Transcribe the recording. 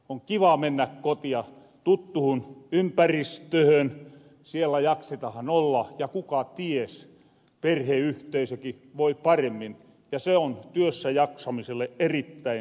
on kiva mennä kotia tuttuhun ympäristöhön siellä jaksetahan olla ja kuka ties perheyhteisöki voi paremmin ja se on työssä jaksamiselle erittäin tärkiä asia